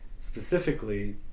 specifically